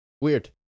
weird